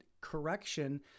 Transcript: correction